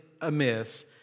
amiss